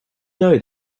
know